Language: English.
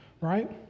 right